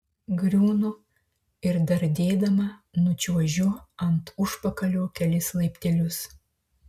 griūnu ir dardėdama nučiuožiu ant užpakalio kelis laiptelius